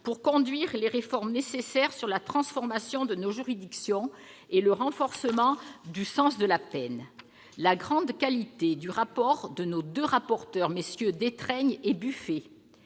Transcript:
pour conduire les réformes nécessaires à la transformation de nos juridictions et au renforcement du sens de la peine. La grande qualité du rapport de MM. Détraigne et Buffet,